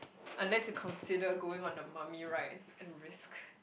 unless you consider going on the mummy ride a risk